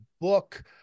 book